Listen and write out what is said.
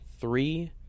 three